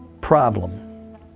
problem